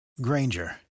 Granger